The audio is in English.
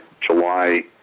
July